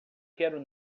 quero